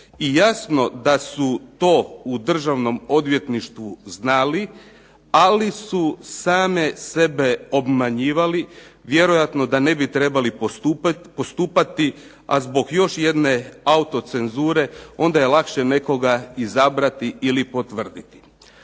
I jasno da su to u Državnom odvjetništvu znali, ali su same sebe obmanjivali, vjerojatno da ne bi trebali postupati, a zbog još jedne autocenzure onda je lakše nekoga izabrati ili potvrditi.